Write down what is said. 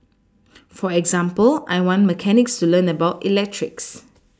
for example I want mechanics to learn about electrics